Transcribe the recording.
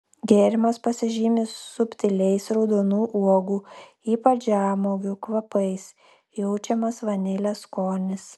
gėrimas pasižymi subtiliais raudonų uogų ypač žemuogių kvapais jaučiamas vanilės skonis